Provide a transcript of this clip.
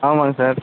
ஆமாங்க சார்